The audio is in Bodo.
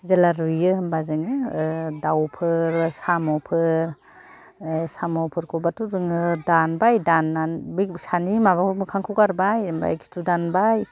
जेला रुइयो होमबा जोङोओह दावफोर साम'फोर ओह साम'फोरखौबाथ' जोङो दानबाय दानना बे सानि माबा मोखांखौ गारबाय ओमफाय खिथु दानबाय